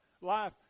life